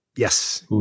Yes